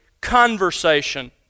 conversation